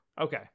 Okay